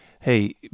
hey